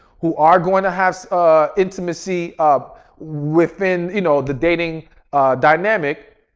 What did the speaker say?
who are going to have ah intimacy um within you know, the dating dynamic.